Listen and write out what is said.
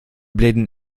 blinden